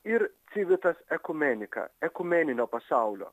ir civitas ekumenica ekumeninio pasaulio